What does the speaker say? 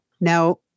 Now